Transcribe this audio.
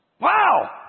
Wow